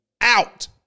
out